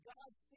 God's